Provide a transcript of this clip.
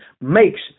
makes